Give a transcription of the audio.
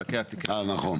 אה, נכון.